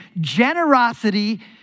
generosity